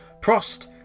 Prost